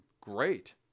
Great